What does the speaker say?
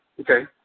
Okay